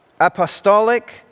apostolic